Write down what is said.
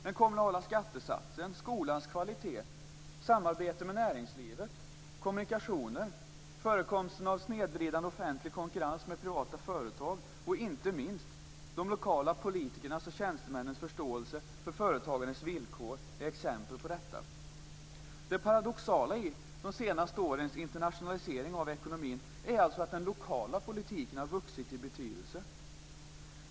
Den kommunala skattesatsen, skolans kvalitet och samarbete med näringslivet, kommunikationer, förekomsten av snedvridande offentlig konkurrens med privata företag och inte minst de lokala politikernas och tjänstemännens förståelse för företagandets villkor är exempel på detta. Det paradoxala i de senaste årens internationalisering i ekonomin är alltså att den lokala politiken vuxit i betydelse.